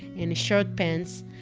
and a short pants.